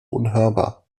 unhörbar